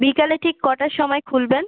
বিকালে ঠিক কটার সময় খুলবেন